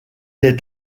est